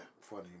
funny